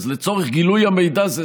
אז לצורך גילוי המידע הזה,